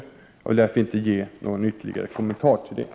Jag vill därför inte ge någon ytterligare kommentar till detta.